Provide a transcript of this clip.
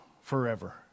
forever